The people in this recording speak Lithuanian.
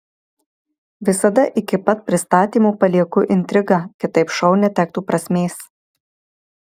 visada iki pat pristatymo palieku intrigą kitaip šou netektų prasmės